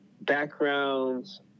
backgrounds